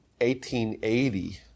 1880